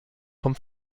vom